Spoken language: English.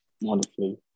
wonderfully